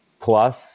plus